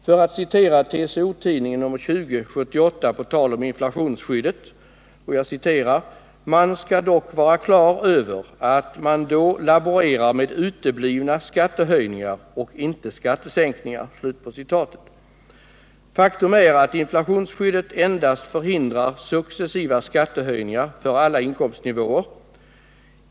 Jag ber att på tal om inflationsskyddet få citera TCO-Tidningen 20/78: ”Man ska dock vara klar över att man då laborerar med uteblivna skattehöjningar och inte skattesänkningar.” Faktum är att inflationsskyddet endast hindrar successiva skattehöjningar för alla inkomstnivåer.